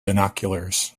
binoculars